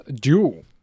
Duel